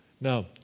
Now